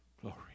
glory